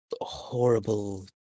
horrible